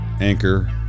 anchor